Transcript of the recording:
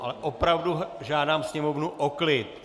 Ale opravdu žádám sněmovnu o klid!